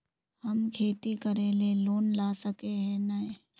हम खेती करे ले लोन ला सके है नय?